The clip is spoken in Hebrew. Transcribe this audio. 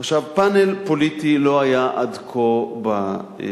פאנל פוליטי לא היה עד כה בסיורים.